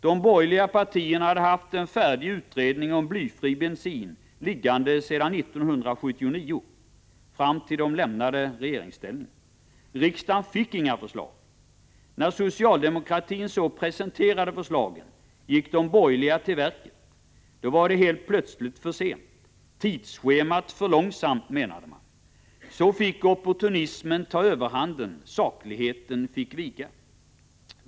De borgerliga partierna hade haft en färdig utredning om blyfri bensin liggande sedan 1979 och fram till dess de lämnade regeringsställningen. Riksdagen fick inga förslag. När socialdemokratin så presenterade förslagen gick de borgerliga till verket. Då var det helt plötsligt för sent. Tidsschemat är för långsamt, menade man. Så fick opportunismen ta överhanden, sakligheten fick vika.